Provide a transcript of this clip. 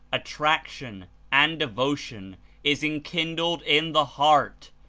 attraction and devotion is enkindled in the heart,